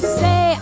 say